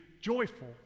joyful